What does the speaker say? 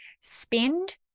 spend